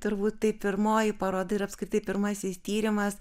turbūt tai pirmoji paroda ir apskritai pirmasis tyrimas